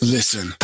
Listen